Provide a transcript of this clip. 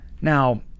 Now